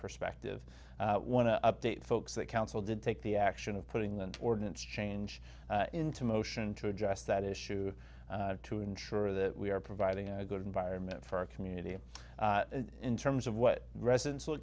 perspective want to update folks that council did take the action of putting the ordinance change into motion to address that issue to ensure that we are providing a good environment for our community in terms of what residen